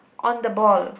on the ball